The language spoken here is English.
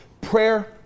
Prayer